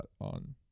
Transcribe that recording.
on